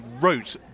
wrote